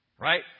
right